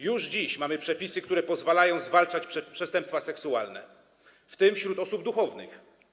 Już dziś mamy przepisy, które pozwalają zwalczać przestępstwa seksualne, w tym wśród osób duchownych.